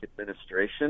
administration